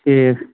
ٹھیٖک